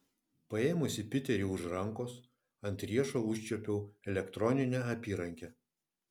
paėmusi piterį už rankos ant riešo užčiuopiau elektroninę apyrankę